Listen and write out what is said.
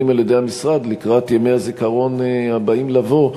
על-ידי המשרד לקראת ימי הזיכרון הבאים לבוא,